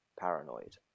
paranoid